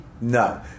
No